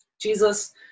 Jesus